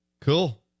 Cool